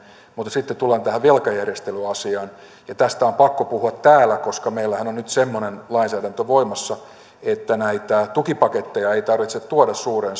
mutta sitten tullaan tähän velkajärjestelyasiaan ja tästä on pakko puhua täällä koska meillähän on nyt semmoinen lainsäädäntö voimassa että näitä tukipaketteja ei tarvitse tuoda suureen